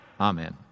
Amen